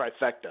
trifecta